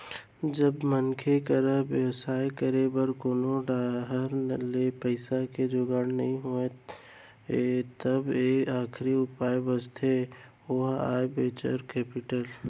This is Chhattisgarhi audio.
जब मनसे करा बेवसाय करे बर कोनो डाहर ले पइसा के जुगाड़ नइ होय त एक आखरी उपाय बचथे ओहा आय वेंचर कैपिटल